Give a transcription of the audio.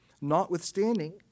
notwithstanding